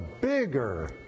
bigger